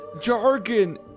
Jargon